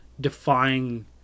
defying